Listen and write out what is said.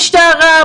משטרה,